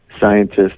scientists